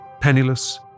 Penniless